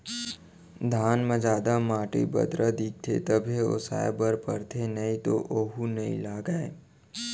धान म जादा माटी, बदरा दिखही तभे ओसाए बर परथे नइ तो वोहू नइ लागय